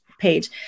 page